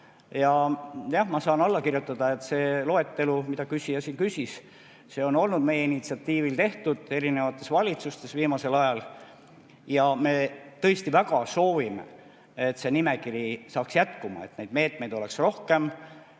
ma saan alla kirjutada, et see loetelu, mille kohta küsija küsis, on olnud meie initsiatiivil tehtud erinevates valitsustes viimasel ajal. Me tõesti väga soovime, et see nimekiri jätkuks, et neid meetmeid oleks rohkem,